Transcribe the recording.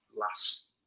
last